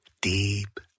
deep